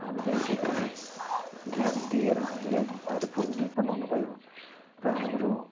हामीलाई एकदमै ज्ञान दिएर हामीलाई भरिपूर्ण बनाउनु भयो र हाम्रो